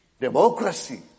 Democracy